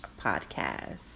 podcast